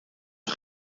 een